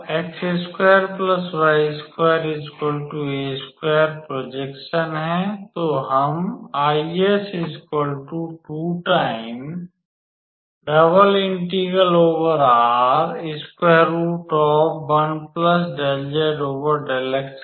R projection है